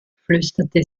flüsterte